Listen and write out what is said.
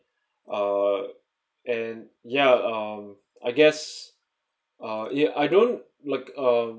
uh and yeah um I guess uh you I don't like um